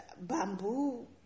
bamboo